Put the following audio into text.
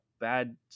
bad